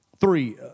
Three